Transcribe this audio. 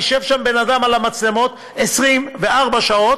וישב שם בן-אדם על המצלמות 24 שעות,